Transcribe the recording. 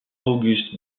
august